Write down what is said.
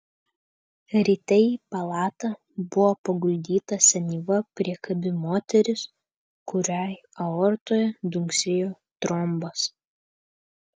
ryte į palatą buvo paguldyta senyva priekabi moteris kuriai aortoje dunksėjo trombas